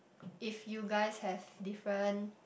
if you guys have different